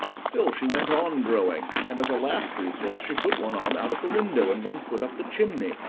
still she went on growing, and, as a last resource, she put one arm out of the window, and one foot up the chimney,